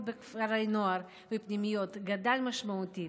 בכפרי נוער ופנימיות גדל משמעותית,